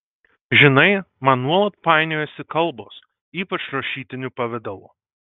žinai man nuolat painiojasi kalbos ypač rašytiniu pavidalu